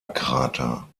krater